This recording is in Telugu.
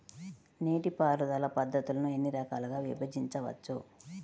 నీటిపారుదల పద్ధతులను ఎన్ని రకాలుగా విభజించవచ్చు?